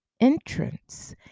entrance